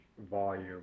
volume